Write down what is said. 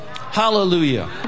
Hallelujah